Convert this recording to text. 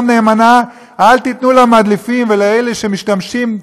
נאמנה: אל תיתנו למדליפים ולאלו שמשתמשים,